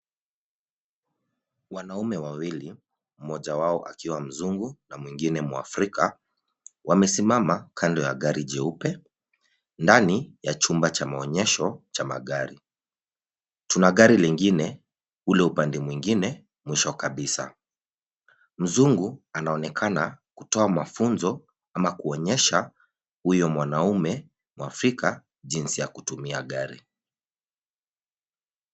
Wanaume wawili, mmoja wao akiwa mzungu, na mwingine mwafrika, wamesimama kando ya gari jeupe, ndani ya chumba cha maonyesho cha magari. Tuna gari lingine, ule upande mwingine mwisho kabisa. Mzungu anaonekana kutoa mafunzo ama kuonyesha huyo mwanaume mwafrika, jinsi ya kutumia gari.